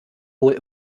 wohl